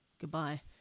goodbye